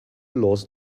lost